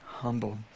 humble